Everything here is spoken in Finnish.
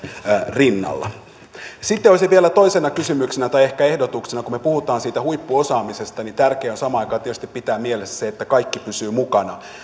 rinnalla sitten vielä toisena kysymyksenä tai ehkä ehdotuksena kun me puhumme siitä huippuosaamisesta tärkeää on samaan aikaan tietysti pitää mielessä se että kaikki pysyvät mukana